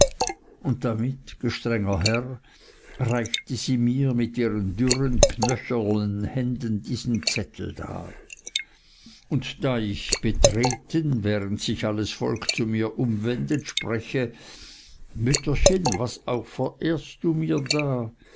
und damit gestrenger herr reichte sie mir mit ihren dürren knöchernen händen diesen zettel dar und da ich betreten während sich alles volk zu mir umwendet spreche mütterchen was auch verehrst du mir da